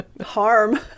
harm